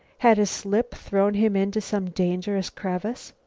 had a slip thrown him into some dangerous crevice?